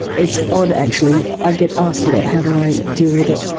it's odd actually, i get asked a lot how do i deal with it,